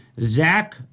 Zach